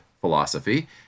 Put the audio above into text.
philosophy